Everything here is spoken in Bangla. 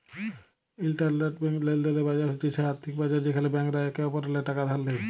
ইলটারব্যাংক লেলদেলের বাজার হছে সে আথ্থিক বাজার যেখালে ব্যাংকরা একে অপরেল্লে টাকা ধার লেয়